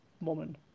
woman